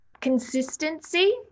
consistency